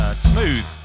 Smooth